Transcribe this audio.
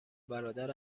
برادر